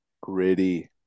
Gritty